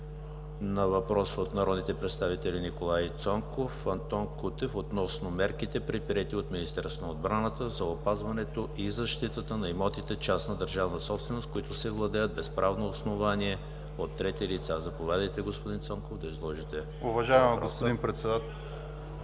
на въпрос от народните представители Николай Цонков, Антон Кутев относно мерките, предприети от Министерството на отбраната за опазването и защитата на имотите частна-държавна собственост, които се владеят без правно основание от трети лица. Заповядайте, господин Цонков да изложите въпроса. НИКОЛАЙ ЦОНКОВ (БСП за